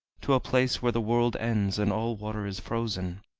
to a place where the world ends, and all water is frozen,